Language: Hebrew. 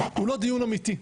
הוא לא דיון אמיתי,